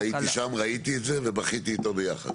לא, הייתי שם, ראיתי את זה ובכיתי איתו ביחד.